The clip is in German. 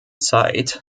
zeit